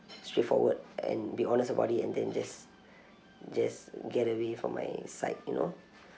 straightforward and be honest about it and then just just get away from my sight you know